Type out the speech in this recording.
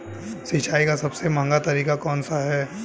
सिंचाई का सबसे महंगा तरीका कौन सा है?